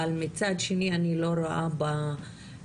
אבל מצד שני אני לא רואה בה פתרון,